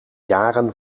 jaren